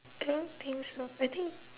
cannot think so I think